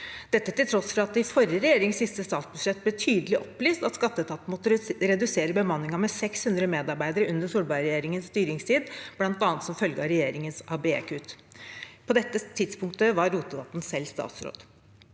til tross for at det i forrige regjerings siste statsbudsjett ble tydelig opplyst om at skatteetaten måtte redusere bemanningen med 600 medarbeidere under Solbergregjeringens styringstid, bl.a. som følge av regjeringens ABE-kutt. På dette tidspunktet var Rotevatn selv statsråd.